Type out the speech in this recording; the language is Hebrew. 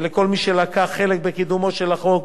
ולכל מי שלקח חלק בקידומו של החוק,